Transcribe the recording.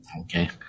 Okay